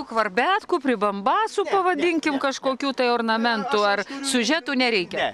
kvarbetkų pribambasų pavadinkim kažkokių tai ornamentų ar siužetų nereikia